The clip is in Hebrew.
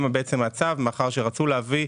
בעצם הצו מאחר שרצו להביא,